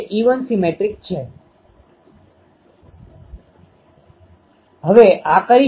તેમની આ azimuthal pattern હોવાને કારણે આપણે જોયું છે કે રેડિયેશન પેટર્ન થીટાθ પર આધારિત રેડીયેશન પેટર્ન નથી